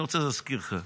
אני רוצה להזכיר לך,